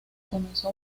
comenzó